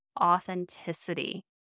authenticity